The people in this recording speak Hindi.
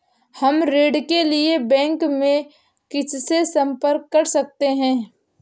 हम ऋण के लिए बैंक में किससे संपर्क कर सकते हैं?